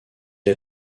est